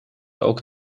ook